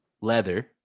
leather